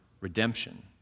redemption